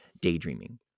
daydreaming